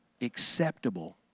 Acceptable